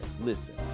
Listen